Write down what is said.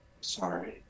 sorry